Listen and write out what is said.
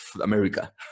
america